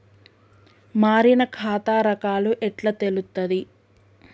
మారిన ఖాతా రకాలు ఎట్లా తెలుత్తది?